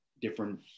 different